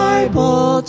Bible